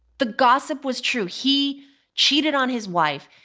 the gossip was true he cheated on his wife,